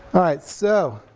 alright so